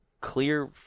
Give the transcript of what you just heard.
clear